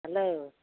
hello